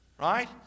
right